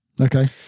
Okay